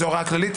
זו הוראה כללית,